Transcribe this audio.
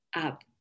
up